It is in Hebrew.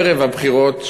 ערב הבחירות,